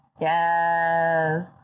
Yes